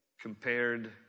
compared